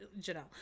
Janelle